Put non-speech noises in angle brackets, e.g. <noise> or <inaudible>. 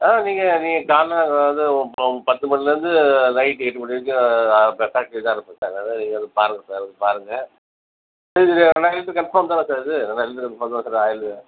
ஆ நீங்கள் நீங்கள் காலைல அங்கே வந்து பத்து மணிலர்ந்து நைட்டு எட்டு மணி வரைக்கும் ஃபேக்ட்ரியில தான் சார் இருப்பேன் நான் நீங்கள் வந்து பாருங்கள் சார் வந்து பாருங்கள் இது ரெண்டாயிரம் லிட்ரு கன்ஃபார்ம் தானே சார் இது ரெண்டாயிரம் லிட்ரு கன்ஃபார்ம் தானே சார் <unintelligible>